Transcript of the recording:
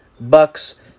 Bucks